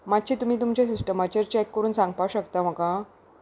मातशी तुमी तुमच्या सिस्टमाचेर चॅक करून सांगपाक शकता म्हाका